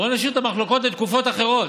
בואו נשאיר את המחלוקות לתקופות אחרות.